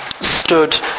stood